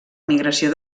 migració